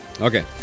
Okay